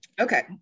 Okay